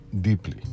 deeply